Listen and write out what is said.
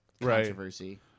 controversy